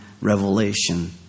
revelation